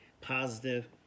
positive